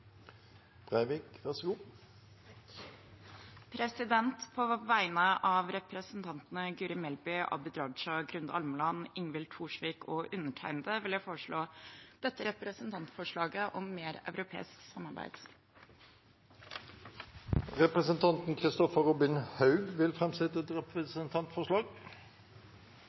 På vegne av representantene Guri Melby, Abid Q. Raja, Grunde Almeland, Ingvild Wethrus Thorsvik og undertegnede vil jeg fremme et forslag om mer europeisk samarbeid. Representanten Kristoffer Robin Haug vil framsette et representantforslag.